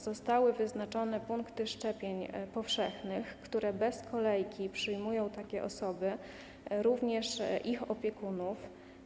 Zostały wyznaczone punkty szczepień powszechnych, które bez kolejki przyjmują takie osoby, a także ich opiekunów.